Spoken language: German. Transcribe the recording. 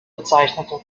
bezeichnete